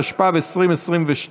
התשפ"ב 2022,